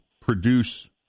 produce